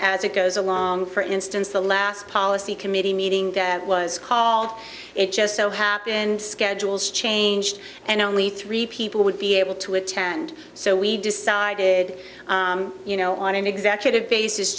as it goes along for instance the last policy committee meeting that was called it just so happened schedules changed and only three people would be able to attend and so we decided you know on executive basis